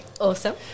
Awesome